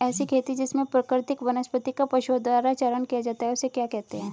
ऐसी खेती जिसमें प्राकृतिक वनस्पति का पशुओं द्वारा चारण किया जाता है उसे क्या कहते हैं?